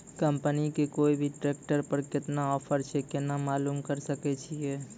Company के कोय भी ट्रेक्टर पर केतना ऑफर छै केना मालूम करऽ सके छियै?